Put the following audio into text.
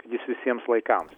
kad jis visiems laikams